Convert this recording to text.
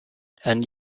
and